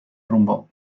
rumbo